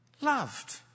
loved